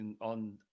on